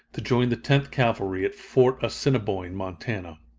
to join the tenth cavalry at fort assiniboine, montana.